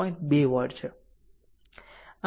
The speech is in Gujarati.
2 વોટ છે